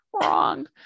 Wrong